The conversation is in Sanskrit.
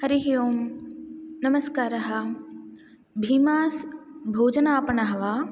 हरिः ओम् नमस्कारः भीमास् भोजनापण वा